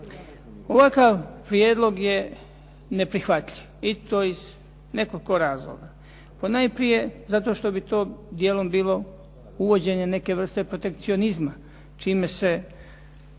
Ovakav prijedlog je neprihvatljiv i to iz nekoliko razloga. Ponajprije zato što bi to dijelom bilo uvođene neke vrste proktecionizma čime se